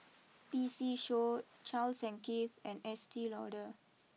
P C show Charles and Keith and Estee Lauder